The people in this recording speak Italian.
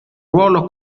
ruolo